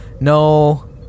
No